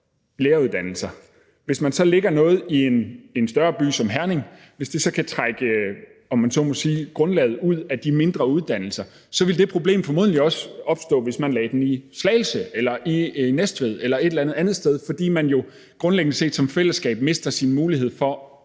fastholde det. Hvis man så lægger noget i en større by som Herning og det så kan trække, om man så man sige, grundlaget ud af de mindre uddannelser, så ville det problem formodentlig også opstå, hvis man lagde det i Slagelse eller i Næstved eller et eller andet andet sted, fordi man jo grundlæggende set som fællesskab mister sin mulighed for